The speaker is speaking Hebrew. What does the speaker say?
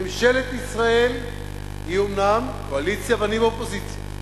ממשלת ישראל היא אומנם קואליציה ואני באופוזיציה,